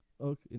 okay